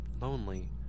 lonely